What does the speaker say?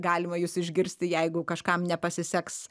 galima jus išgirsti jeigu kažkam nepasiseks